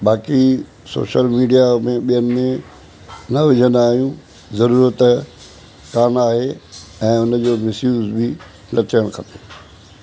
बाक़ी social media में ॿियनि में न विझंदा आहियूं ज़रूरत कोन आहे ऐं हुनजो मिसयूज़ बि न थियणु खपे